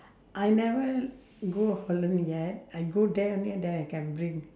I never go holland yet I go there only then I can bring